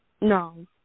No